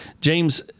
James